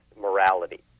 morality